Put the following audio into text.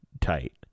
tight